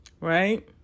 Right